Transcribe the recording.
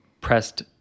pressed